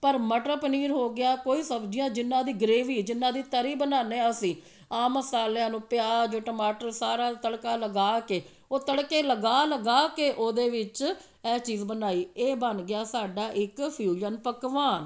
ਪਰ ਮਟਰ ਪਨੀਰ ਹੋ ਗਿਆ ਕੋਈ ਸਬਜ਼ੀਆਂ ਜਿਹਨਾਂ ਦੀ ਗਰੇਵੀ ਜਿਹਨਾਂ ਦੀ ਤਰੀ ਬਣਾਉਂਦੇ ਹਾਂ ਅਸੀਂ ਆਮ ਮਸਾਲਿਆਂ ਨੂੰ ਪਿਆਜ਼ ਟਮਾਟਰ ਸਾਰਾ ਤੜਕਾ ਲਗਾ ਕੇ ਉਹ ਤੜਕੇ ਲਗਾ ਲਗਾ ਕੇ ਉਹਦੇ ਵਿੱਚ ਹੈ ਚੀਜ਼ ਬਣਾਈ ਇਹ ਬਣ ਗਿਆ ਸਾਡਾ ਇੱਕ ਫਿਊਜ਼ਨ ਪਕਵਾਨ